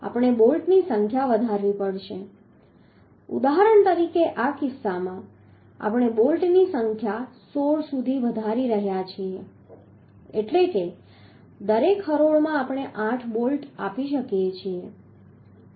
તેથી આપણે બોલ્ટની સંખ્યા વધારવી પડશે ઉદાહરણ તરીકે આ કિસ્સામાં આપણે બોલ્ટની સંખ્યા 16 સુધી વધારી રહ્યા છીએ એટલે કે દરેક હરોળમાં આપણે 8 બોલ્ટ આપી શકીએ છીએ